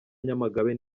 nyamagabe